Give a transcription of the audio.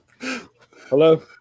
Hello